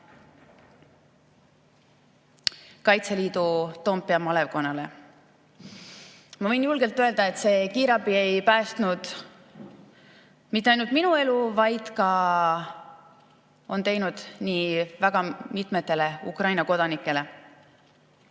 Kaitseliidu Toompea malevkonnale. Ma võin julgelt öelda, et see kiirabiauto ei päästnud mitte ainult minu elu, vaid ka väga mitme Ukraina kodaniku elu.